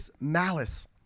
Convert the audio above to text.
malice